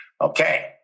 Okay